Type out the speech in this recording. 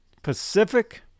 Pacific